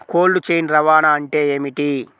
Cold chain రవాణా అంటే ఏమిటీ?